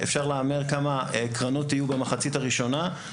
כמה קרנות יהיו במחצית הראשונה,